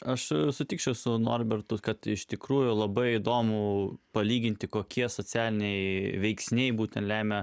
aš sutikčiau su norbertu kad iš tikrųjų labai įdomu palyginti kokie socialiniai veiksniai būtų lemia